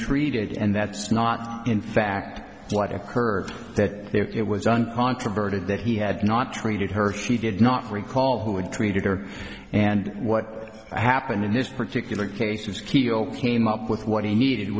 treated and that's not in fact what occurred that there it was uncontroverted that he had not treated her she did not recall who had treated her and what happened in this particular case is keil came up with what he needed